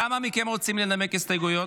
כמה מכם רוצים לנמק הסתייגויות?